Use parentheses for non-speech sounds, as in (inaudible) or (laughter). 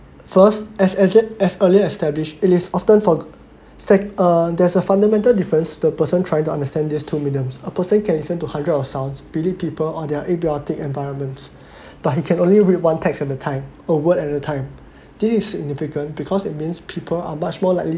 first as exact as earlier established it is often for uh there's a fundamental difference for a person trying to understand these two mediums a person can listen to hundred or sounds believe people all their periodic environments (breath) but he can only read one text at the time a word at a time (breath) this is significant because it means people are much more likely